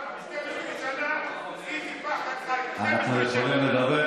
גם עוד 12 שנה, איזה פחד, אנחנו יכולים לדבר?